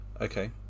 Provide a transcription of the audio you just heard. Okay